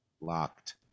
locked